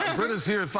britta is here at five